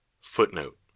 Footnote